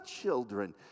children